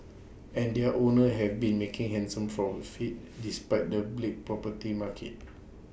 and their owners have been making handsome profits despite the bleak property market